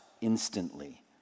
instantly